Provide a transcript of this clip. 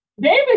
David